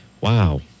wow